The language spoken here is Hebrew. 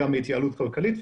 גם בהתייעלות כלכלית,